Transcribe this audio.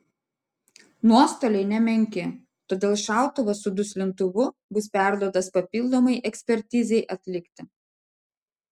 nuostoliai nemenki todėl šautuvas su duslintuvu bus perduotas papildomai ekspertizei atlikti